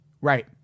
Right